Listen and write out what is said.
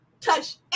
touch